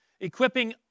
Equipping